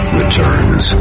returns